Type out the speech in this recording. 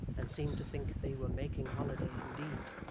and seemed to think they were making holiday indeed.